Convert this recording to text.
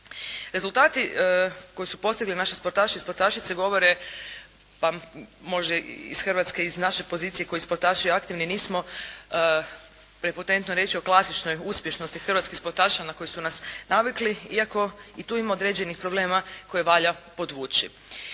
Rezultati koje su postigli naši sportaši i sportašice govore pa možda iz Hrvatske, iz naše pozicije koji sportaši aktivni nismo prepotentno reći o klasičnoj uspješnosti hrvatskih sportaša na koju su nas navikli iako i tu ima određenih problema koje valja podvući.